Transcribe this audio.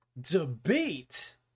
Debate